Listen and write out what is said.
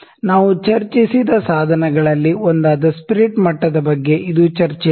ನಾವು ಚರ್ಚಿಸಿದ ಸಾಧನಗಳಲ್ಲಿ ಒಂದಾದ ಸ್ಪಿರಿಟ್ ಮಟ್ಟದ ಬಗ್ಗೆ ಇದು ಚರ್ಚೆಯಾಗಿತ್ತು